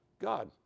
God